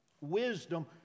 wisdom